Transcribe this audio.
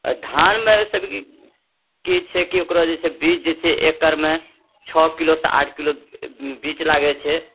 धानमे की छै की ओकरो जे छै बीज जे छै एकरमे छओ किलो सँ आठ किलो बीज लागै छै